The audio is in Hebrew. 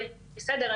יהיה בסדר,